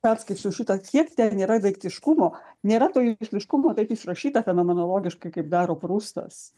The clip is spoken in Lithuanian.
perskaičiau šitą kiek ten yra daiktiškumo nėra to išraiškumo kaip išrašyta fenomenologiškai kaip daro prustas